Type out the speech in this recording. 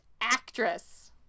Actress